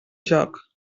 joc